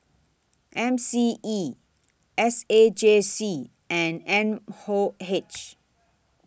M C E S A J C and M O H